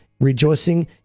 rejoicing